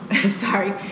Sorry